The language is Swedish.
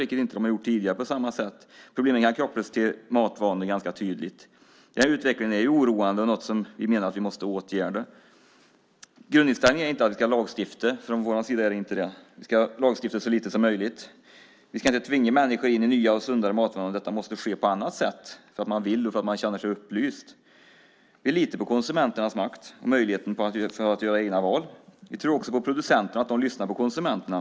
Det har de inte gjort tidigare på samma sätt. Problemet är att kopplingen till matvanor är ganska tydlig. Utvecklingen är oroande, och vi menar att det är något som vi måste åtgärda. Grundinställningen från vår sida är inte att vi ska lagstifta. Vi ska lagstifta så lite som möjligt. Vi ska inte tvinga människor in i nya och sundare matvanor, utan det måste ske på annat sätt - för att de vill och för att de känner sig upplysta. Vi litar på konsumenternas makt och möjligheten att göra egna val. Vi tror också på producenterna och att de lyssnar på konsumenterna.